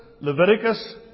Leviticus